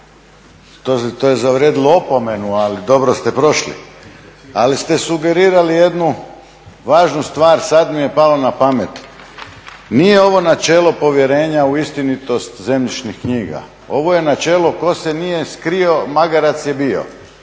To je zavrijedilo opomenu ali dobro ste prošli. Ali ste sugerirali jednu važnu stvar sada mi je palo na pamet. Nije ovo načelo povjerenja u istinitost zemljišnih knjiga, ovo je načelo tko se nije skrio magarac je bio.